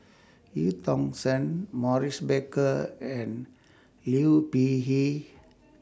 EU Tong Sen Maurice Baker and Liu Peihe